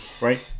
right